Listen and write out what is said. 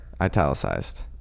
Italicized